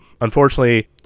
unfortunately